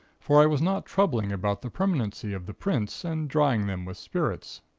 for i was not troubling about the permanency of the prints, and drying them with spirits.